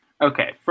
Okay